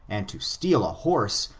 and to steal a horse,